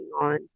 on